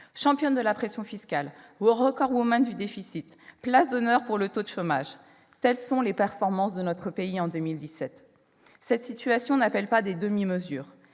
Championne de la pression fiscale, recordwoman du déficit, place d'honneur pour le taux de chômage : telles sont les performances de la France en 2017. Cette situation n'appelle pas de demi-mesures.